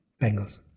Bengals